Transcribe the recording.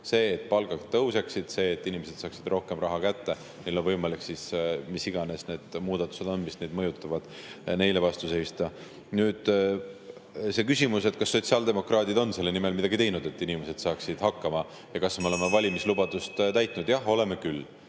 see, et palgad tõuseksid, et inimesed saaksid rohkem raha kätte. [Inimestel] on võimalik siis – mis iganes need muudatused on, mis neid mõjutavad – vastu [pidada]. Nüüd see küsimus, kas sotsiaaldemokraadid on selle nimel midagi teinud, et inimesed saaksid hakkama, ja kas me oleme valimislubadust täitnud. Jah, oleme küll.